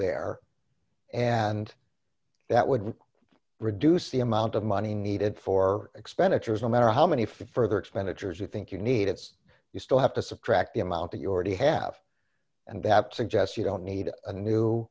there and that would reduce the amount of money needed for expenditures no matter how many further expenditures i think you need it's you still have to subtract the amount that you already have and that suggests you don't need a new